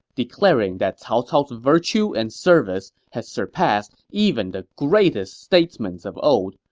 declaring that cao cao's virtue and service had surpassed even the greatest statesmen of old,